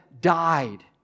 died